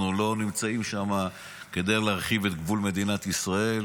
אנחנו לא נמצאים שם כדי להרחיב את גבול מדינת ישראל,